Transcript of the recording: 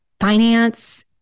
finance –